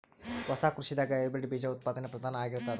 ಹೊಸ ಕೃಷಿದಾಗ ಹೈಬ್ರಿಡ್ ಬೀಜ ಉತ್ಪಾದನೆ ಪ್ರಧಾನ ಆಗಿರತದ